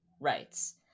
rights